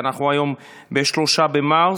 כי אנחנו היום ב-3 במרץ,